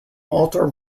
altar